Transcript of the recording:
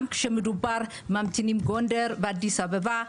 גם כשמדברים על ממתינים בגונדר, אדיס אבבה.